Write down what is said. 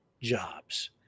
jobs